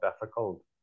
difficult